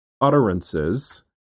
utterances